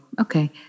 okay